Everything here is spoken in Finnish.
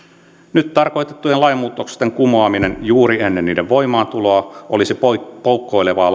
nyt tarkoitettujen lainmuutosten kumoaminen juuri ennen niiden voimaantuloa olisi poukkoilevaa